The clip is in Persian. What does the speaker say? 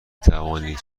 توانید